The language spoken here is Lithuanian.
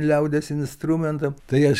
liaudies instrumentų tai aš